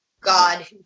God